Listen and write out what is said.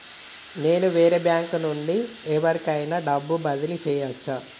నేను వేరే బ్యాంకు నుండి ఎవలికైనా డబ్బు బదిలీ చేయచ్చా?